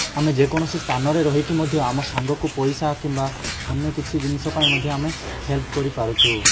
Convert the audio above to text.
ଆମେ ଯେକୌଣସି ସ୍ଥାନରେ ରହିକି ମଧ୍ୟ ଆମ ସାଙ୍ଗକୁ ପଇସା କିମ୍ବା ଅନ୍ୟ କିଛି ଜିନିଷ ପାଇଁ ମଧ୍ୟ ଆମେ ହେଲ୍ପ କରିପାରୁଛୁ